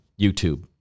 YouTube